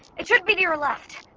it should be to your left